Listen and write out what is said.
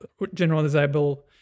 generalizable